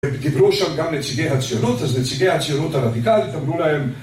ודיברו שם גם נציגי הציונות, אז נציגי הציונות הרדיקלית אמרו להם